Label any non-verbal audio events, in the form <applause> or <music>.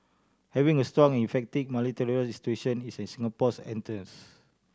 having a strong effective <unintelligible> institution is in Singapore's interest